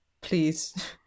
Please